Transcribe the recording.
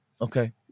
Okay